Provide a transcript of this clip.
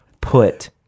Put